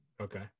Okay